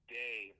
day